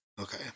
Okay